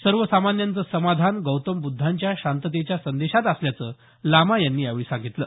सर्व समस्यांचं समाधान गौतम बुद्धांच्या शांततेच्या संदेशात असल्याचं लामा यांनी यावेळी सांगितलं